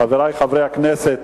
חברי חברי הכנסת,